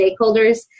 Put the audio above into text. stakeholders